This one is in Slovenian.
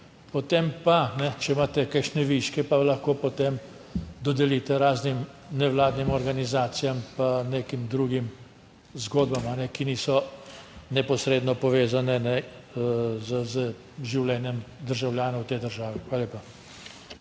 potem pa, če imate kakšne viške, pa lahko potem dodelite raznim nevladnim organizacijam, pa nekim drugim zgodbam, ki niso neposredno povezane z življenjem državljanov v tej državi. Hvala lepa.